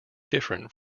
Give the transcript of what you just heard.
different